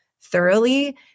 thoroughly